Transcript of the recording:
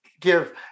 give